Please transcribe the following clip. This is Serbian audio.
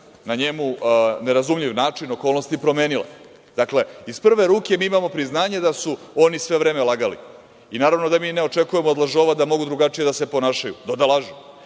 na njemu nerazumljiv način, okolnosti promenile. Dakle, iz prve ruke mi imamo priznanje da su oni sve vreme lagali. Naravno da mi ne očekujemo od lažova da mogu drugačije da se ponašaju, do da